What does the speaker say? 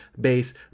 base